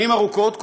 שנים ארוכות,